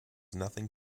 nothing